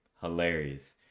hilarious